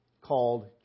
called